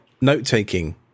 note-taking